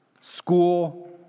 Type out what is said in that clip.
school